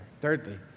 Thirdly